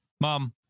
mom